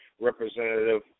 Representative